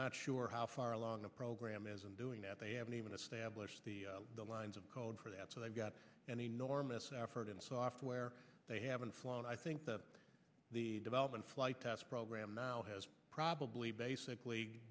not sure how far along a program is in doing that they haven't even established the lines of code for that so they've got an enormous effort in software they haven't flown i think that the development flight test program now has probably basically